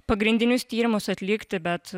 pagrindinius tyrimus atlikti bet